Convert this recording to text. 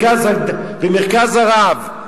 ב"מרכז הרב".